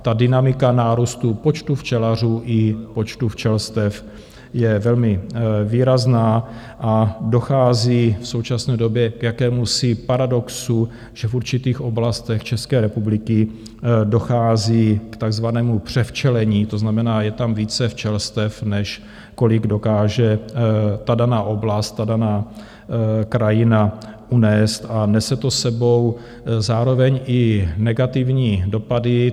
Dynamika nárůstu počtu včelařů i počtu včelstev je velmi výrazná a dochází v současné době k jakémusi paradoxu, že v určitých oblastech České republiky dochází k takzvanému převčelení, to znamená, je tam více včelstev, než kolik dokáže daná oblast, daná krajina unést, a nese to s sebou zároveň i negativní dopady.